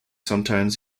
sometimes